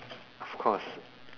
of course